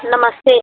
नमस्ते